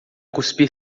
cuspir